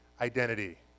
identity